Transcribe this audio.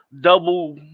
double